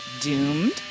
doomed